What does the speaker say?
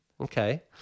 Okay